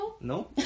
No